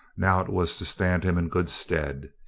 now it was to stand him in good stead.